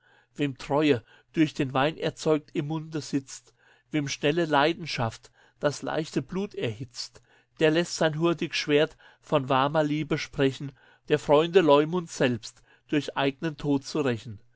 wem treue durch den wein erzeugt im munde sitzt wem schnelle leidenschaft das leichte blut erhitzt der lässt sein hurtig schwert von warmer liebe sprechen der freunde leumund selbst durch eignen tod zu rächen